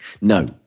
No